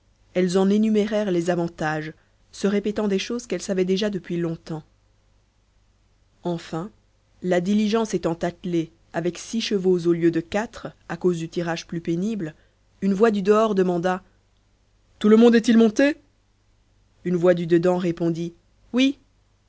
elles en énumérèrent les avantages se répétant des choses qu'elles savaient déjà depuis longtemps enfin la diligence étant attelée avec six chevaux au lieu de quatre à cause du tirage plus pénible une voix du dehors demanda tout le monde est-il monté une voix du dedans répondit oui